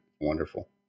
wonderful